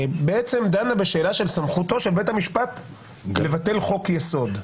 שדנה בסמכותו של בית המשפט לבטל חוק יסוד.